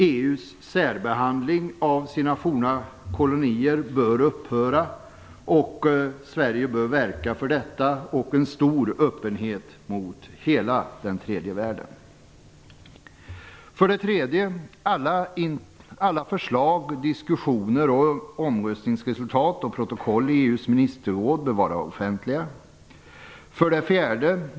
EU:s särbehandling av sina forna kolonier bör upphöra. Sverige bör verka för detta och för en stor öppenhet mot hela den tredje världen. 3. Alla förslag, diskussioner, omröstningsresultat och protokoll i EU:s ministerråd bör vara offentliga. 4.